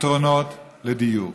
ופתרונות לדיור.